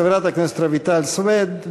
חברת הכנסת רויטל סויד,